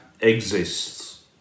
exists